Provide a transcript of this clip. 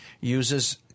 uses